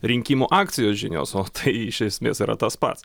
rinkimų akcijos žinios o tai iš esmės yra tas pats